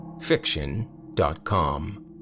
fiction.com